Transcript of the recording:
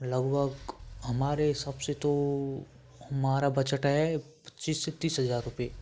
लगभग हमारे हिसाब से तो हमारा बजट है पच्चीस से तीस हज़ार रुपये